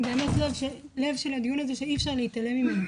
הם באמת לב של הדיון הזה שאי אפשר להתעלם ממנו,